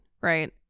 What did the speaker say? right